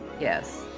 yes